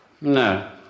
no